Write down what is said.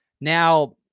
Now